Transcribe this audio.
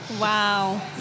Wow